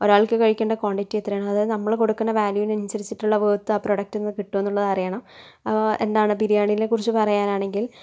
ഒരാൾക്ക് കഴിക്കേണ്ട ക്വാണ്ടിറ്റി എത്രയാണ് അതായത് നമ്മള് കൊടുക്കുന്ന വാല്യൂനു അനുസരിച്ചിട്ടുള്ള വർത്ത് ആ പ്രോഡക്ടന്നു കിട്ടുകാന്നുള്ളത് അറിയണം എന്താണ് ബിരിയാണിനെ കുറിച്ച് പറയാനാണെങ്കിൽ